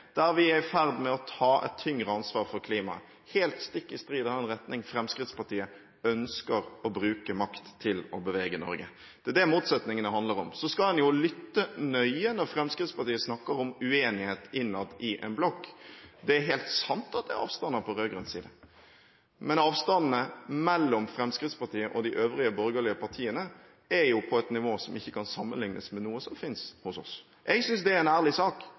der vi er i ferd med å ta et tyngre ansvar for klimaet – stikk i strid med den retning Fremskrittspartiet ønsker å bruke makt for å bevege Norge. Det er det motsetningene handler om. Så skal man lytte nøye når Fremskrittspartiet snakker om uenighet innad i en blokk. Det er helt sant at det er avstander på rød-grønn side. Men avstandene mellom Fremskrittspartiet og de øvrige borgerlige partiene er på et nivå som ikke kan sammenlignes med noe som finnes hos oss. Jeg synes det er en ærlig sak.